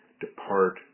depart